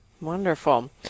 Wonderful